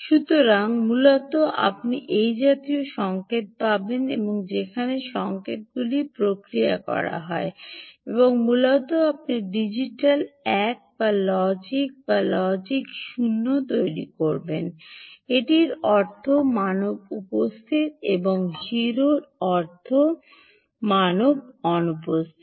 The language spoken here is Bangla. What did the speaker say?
সুতরাং মূলত আপনি এই জাতীয় সংকেত পাবেন যেমন এই সংকেতগুলি প্রক্রিয়া করা হয় এবং মূলত আপনি ডিজিটাল এক বা লজিক 1 বা লজিক 0 তৈরি করবেন একটির অর্থ মানব উপস্থিত এবং 0 এর অর্থ মানব অনুপস্থিত